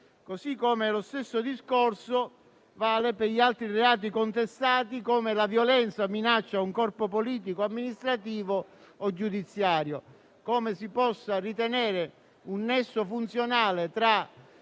espressa. Lo stesso discorso vale per gli altri reati contestati, come la violenza e minaccia a un corpo politico amministrativo o giudiziario. Come si può ritenere che ci sia un nesso funzionale tra